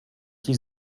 die